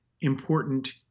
important